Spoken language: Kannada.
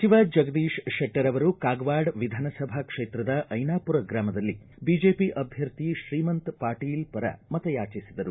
ಸಚಿವ ಜಗದೀಶ ಶೆಟ್ಟರ್ ಅವರು ಕಾಗವಾಡ ವಿಧಾನಸಭಾ ಕ್ಷೇತ್ರದ ಐನಾಪುರ ಗ್ರಾಮದಲ್ಲಿ ಬಿಜೆಪಿ ಅಧ್ಯರ್ಥಿ ಶ್ರೀಮಂತ ಪಾಟೀಲ್ ಪರ ಮತಯಾಚಿಸಿದರು